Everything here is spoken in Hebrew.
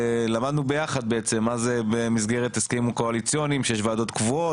למדנו ביחד בעצם מה זה במסגרת הסכמים קואליציוניים שיש ועדות קבועות,